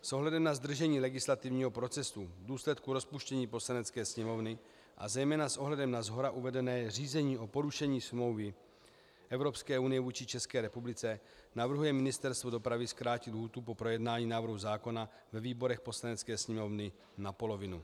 S ohledem na zdržení legislativního procesu v důsledku rozpuštění Poslanecké sněmovny a zejména s ohledem na shora uvedené řízení o porušení smlouvy Evropské unie vůči České republice navrhuje Ministerstvo dopravy zkrátit lhůtu pro projednání návrhu zákona ve výborech Poslanecké sněmovny na polovinu.